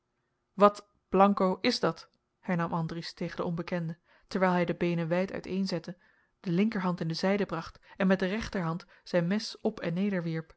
wat is dat hernam andries tegen den onbekende terwijl hij de beenen wijd uiteenzette de linkerhand in de zijde bracht en met de rechterhand zijn mes op en nederwierp